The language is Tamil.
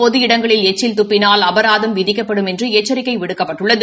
பொது இடங்களில் எச்சில் தப்பினால் அபராதம் விதிக்கப்படும் என்று எச்சிக்கை விடுக்கப்பட்டுள்ளது